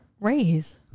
raise